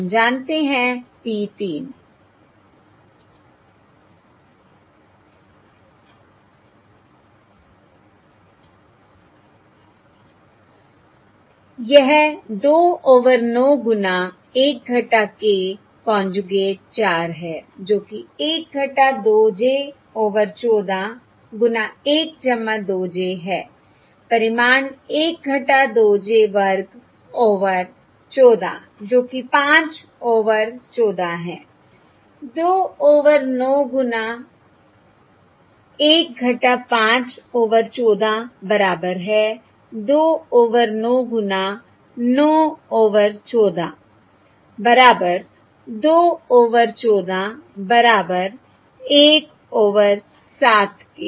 हम जानते है p 3 I यह 2 ओवर 9 गुणा 1 k कोंजूगेट 4 है जो कि1 2 j ओवर 14 गुना 1 2 j है परिमाण 1 - 2 j वर्ग ओवर 14 जो कि 5 ओवर 14 है 2 ओवर 9 गुना 1 - 5 ओवर 14 बराबर है 2 ओवर 9 गुना 9 ओवर 14 बराबर 2 ओवर 14 बराबर 1 ओवर 7 के